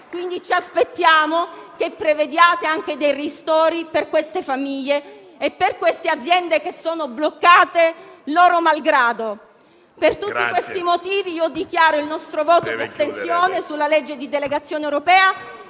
esigenze. Ci aspettiamo che prevediate dei ristori per queste famiglie e per queste aziende, che sono bloccate loro malgrado. Per tutti questi motivi dichiaro il nostro voto di astensione sulla legge di delegazione europea